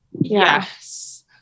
Yes